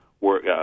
work